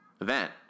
event